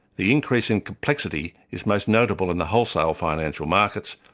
the increase in complexity is most notable in the wholesale financial markets,